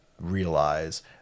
realize